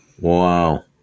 Wow